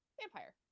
Vampire